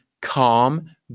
calm